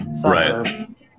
Suburbs